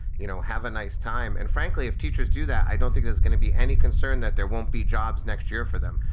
you know, have a nice time. and frankly, if teachers do that, i don't think there's going to be any concern that there won't be jobs next year for them.